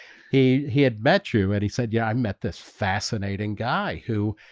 he he had met you and he said yeah, i met this fascinating guy who